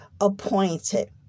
appointed